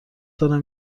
دارم